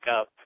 up